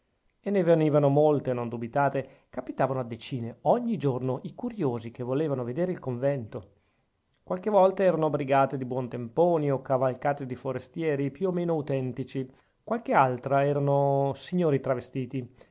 e ne venivano molte non dubitate capitavano a diecine ogni giorno i curiosi che volevano vedere il convento qualche volta erano brigate di buontemponi o cavalcate di forestieri più o meno autentici qualche altra erano signori travestiti